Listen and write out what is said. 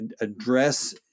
address